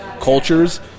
cultures